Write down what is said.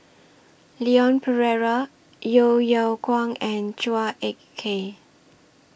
Leon Perera Yeo Yeow Kwang and Chua Ek Kay